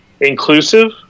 inclusive